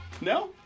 No